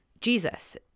Jesus